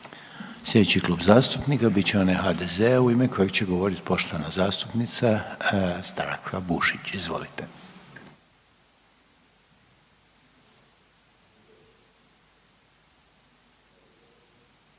Slijedeći Klub zastupnika bit će onaj HDZ-a u ime kojeg će govorit poštovana zastupnica Zdravka Bušić. Izvolite.